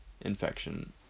infection